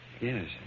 Yes